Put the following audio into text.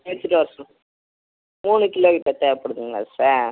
எடுத்துகிட்டு வர சொல் மூணு கிலோ இப்போ தேவைப்படுதுங்களா சார்